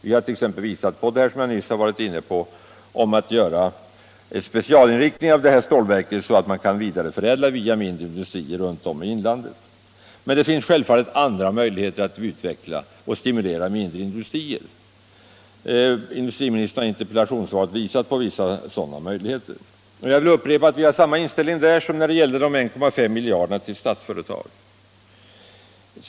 Vi har t.ex. visat på det som jag nyss berörde, att man kan specialinrikta stålverket så att det kan ske en vidareförädling via mindre industrier runt om i inlandet. Självfallet finns det också andra möjligheter att utveckla och stimulera mindre industrier. Industriministern har också i sitt interpellationssvar visat på en del sådana möjligheter. Jag vill upprepa att vi här har samma inställning som när det gällde de 1,5 miljarderna till Statsföretag AB.